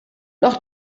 noch